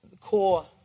core